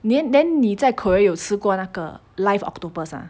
then then 你在 korea 有吃过那个 live octopus ah